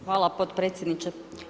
Hvala potpredsjedniče.